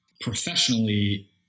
Professionally